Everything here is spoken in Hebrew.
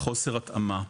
חוסר התאמה.